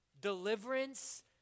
Deliverance